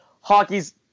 Hockey's